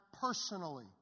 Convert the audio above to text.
personally